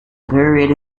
buried